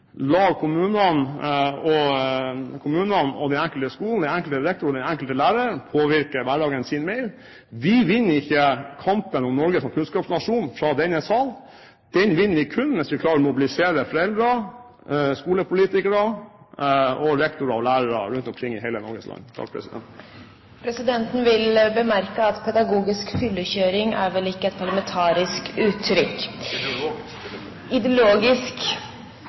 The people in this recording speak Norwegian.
og lar kommunene og de enkelte skolene, de enkelte rektorene og den enkelte lærer påvirke hverdagen sin mer. Vi vinner ikke kampen om Norge som kunnskapsnasjon fra denne sal. Den vinner vi kun hvis vi klarer å mobilisere foreldre, skolepolitikere, rektorer og lærere rundt omkring i hele Norges land. Presidenten vil bemerke at pedagogisk fyllekjøring ikke er et parlamentarisk uttrykk. «Ideologisk fyllekjøring», sa jeg. «Ideologisk fyllekjøring» er heller ikke et parlamentarisk uttrykk!